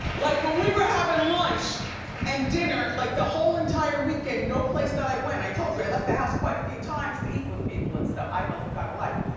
like when we were having lunch and dinner, like the whole entire weekend, no place that i went. i told you i left the house quite a few times to eat with people and stuff. i've ah got a life.